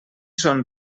són